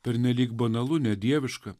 pernelyg banalu nedieviška